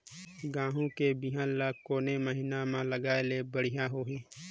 गहूं के बिहान ल कोने महीना म लगाय ले बढ़िया होही?